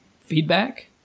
Feedback